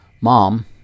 Mom